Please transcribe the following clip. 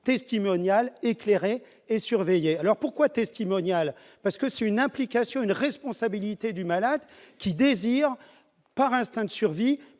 testimonial éclairée et surveillée alors pourquoi testimonial parce que c'est une implication : une responsabilité du malade qui désirent par instinct de survie,